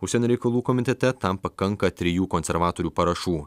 užsienio reikalų komitete tam pakanka trijų konservatorių parašų